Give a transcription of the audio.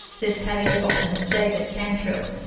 says paleobotanist david cantrill,